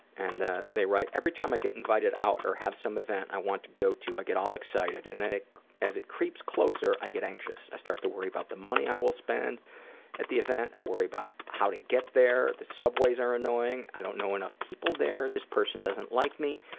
and they write, every time i get invited out or have some event i want to go to, i get all excited and then as it creeps closer, i get anxious. i start to worry about the money i will spend at the event, i worry about how to get there, the subways are annoying, i don't know enough people there, this person doesn't like me.